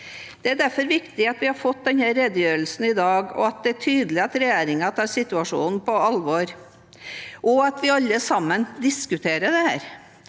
Det er derfor viktig at vi har fått denne redegjørelsen i dag, at det er tydelig at regjeringen tar situasjonen på alvor, og at vi alle sammen diskuterer dette.